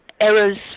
errors